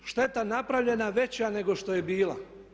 Šteta napravljena veća nego što je bila.